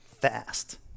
fast